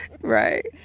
Right